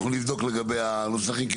אנחנו נבדוק לגבי הנוסחים.